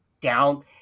down